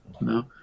No